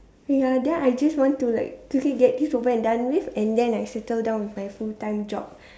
ya then I just want to like quickly get this over and done with then I shall settle down with my full time job